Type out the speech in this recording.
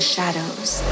Shadows